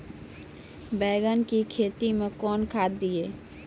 बैंगन की खेती मैं कौन खाद दिए?